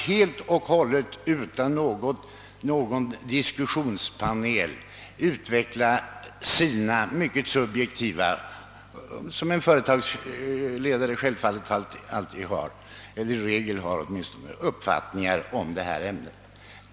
Han fick utan någon diskussionspanel utveckla sina uppfattningar, som var mycket subjektiva, liksom företagsledares synpunkter på sina egna företags verksamhet i regel är.